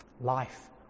Life